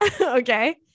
okay